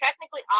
Technically